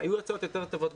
בעבר היו הצעות יותר טובות,